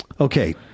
Okay